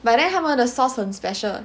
but then 他们的 sauce 很 special